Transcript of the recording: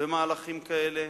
במהלכים כאלה,